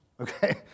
okay